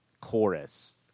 chorus